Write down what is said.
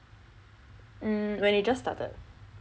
mm when it just started